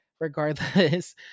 regardless